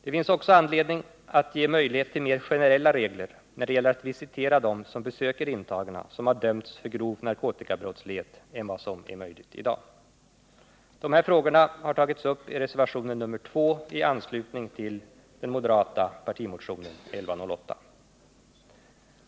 Det finns också anledning att ge möjlighet till mer generella regler när det gäller att visitera dem som besöker intagna som dömts för grov narkotikabrottslighet än de som gäller i dag. Dessa frågor har tagits upp i reservationen 2 i anslutning till den moderata partimotionen 1108.